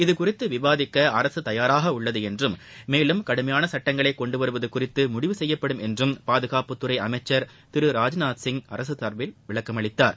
இதுகுறித்து விவாதிக்க அரசு தயாராக உள்ளது என்றும் மேலும் கடுமையான சுட்டங்களை கொண்டுவருவது குறித்து முடிவு செய்யப்படும் என்றும் பாதகாப்புத்துறை அமைச்சர் திரு ராஜ்நாத் சிங் அரச தரப்பில் விளக்கம் அளித்தார்